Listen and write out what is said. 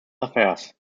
affairs